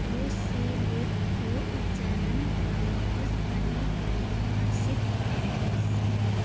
ओसिलेटको उच्चारण गर्नुहोस् अनि परिभाषित गर्नुहोस्